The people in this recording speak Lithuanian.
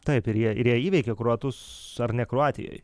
taip ir jie ir jie įveikė kroatus ar ne kroatijoj